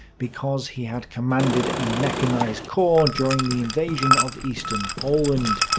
because he had commanded a mechanized corps during the invasion of eastern poland.